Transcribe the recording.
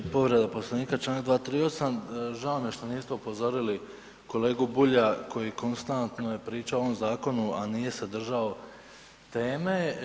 Povreda Poslovnika članka 238., žao mi je što niste upozorili kolegu Bulja koji konstantno je pričao o ovom zakonu, a nije se držao teme.